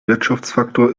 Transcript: wirtschaftsfaktor